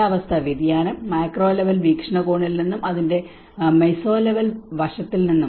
കാലാവസ്ഥാ വ്യതിയാനം macro level വീക്ഷണകോണിൽ നിന്നും അതിന്റെ മെസോ ലെവൽ വശത്തിൽ നിന്നും